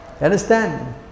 Understand